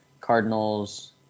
Cardinals